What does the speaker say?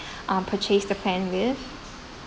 ah purchase the plan with